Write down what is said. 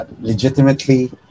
Legitimately